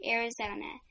Arizona